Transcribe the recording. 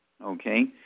Okay